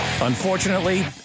Unfortunately